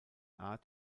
art